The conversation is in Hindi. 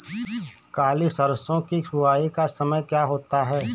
काली सरसो की बुवाई का समय क्या होता है?